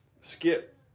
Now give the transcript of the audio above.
skip